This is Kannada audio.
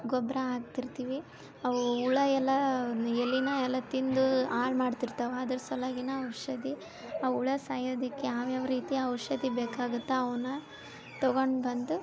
ಗೊಬ್ಬರ ಹಾಕ್ತಿರ್ತೀವಿ ಅವು ಹುಳಯೆಲ್ಲಾ ಎಲಿನಾ ಎಲ್ಲಾ ತಿಂದು ಹಾಳು ಮಾಡ್ತಿರ್ತಾವಾ ಅದ್ರ ಸಲ್ವಾಗಿನ ಔಷಧಿ ಆ ಹುಳ ಸಾಯೋದಕ್ಕೆ ಯಾವ್ಯಾವ ರೀತಿಯ ಔಷಧಿ ಬೇಕಾಗತ್ತೆ ಅವನ್ನ ತಗೊಂಡು ಬಂದು